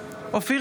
אופיר